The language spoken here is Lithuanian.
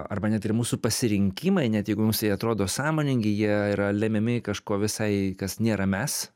arba net ir mūsų pasirinkimai net jeigu mums tai atrodo sąmoningai jie yra lemiami kažko visai kas nėra mes